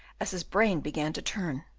as his brain began to turn.